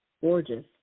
Gorgeous